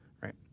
Right